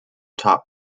top